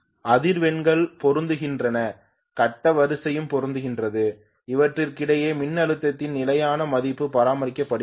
அதிர்வெண்கள் பொருந்துகின்றன கட்ட வரிசையும் பொருந்துகிறது அவற்றுக்கிடையே மின்னழுத்தத்தின் நிலையான மதிப்பு பராமரிக்கப்படுகிறது